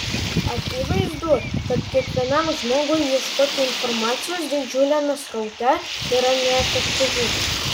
akivaizdu kad kiekvienam žmogui ieškoti informacijos didžiuliame sraute yra neefektyvu